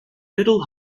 middle